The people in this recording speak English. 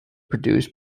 produced